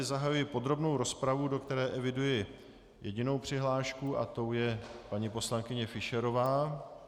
Zahajuji tedy podrobnou rozpravu, do které eviduji jedinou přihlášku a tou je paní poslankyně Fischerová.